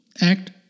act